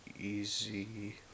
easy